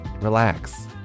relax